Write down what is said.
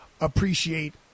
appreciate